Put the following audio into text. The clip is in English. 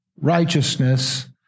righteousness